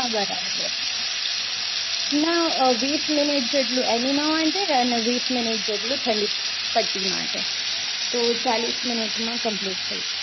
હા બરાબર ના વીસ મિનીટ જેટલું એનિમા માટે અને વીસ મિનીટ જેટલું ઠંડી પટ્ટી માટે તો ચાળીસ મિનીટમાં કમ્પલિટ થઈ જાય